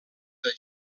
del